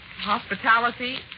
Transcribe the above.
hospitality